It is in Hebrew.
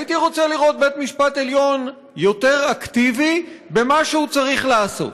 הייתי רוצה לראות בית-משפט עליון יותר אקטיבי במה שהוא צריך לעשות.